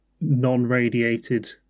non-radiated